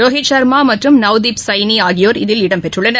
ரோஹித் ஷர்மா மற்றும் நவ்தீப் சைனி ஆகியோர் இதில் இடம்பெற்றுள்ளனர்